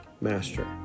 master